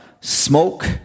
Smoke